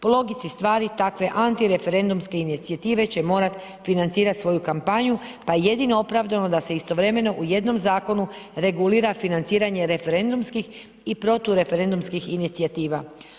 Po logici stvari takve antireferendumske inicijative će morat financirat svoju kampanju, pa je jedino opravdano da se istovremeno u jednom zakonu regulira financiranje referendumskih i protureferendumskih inicijativa.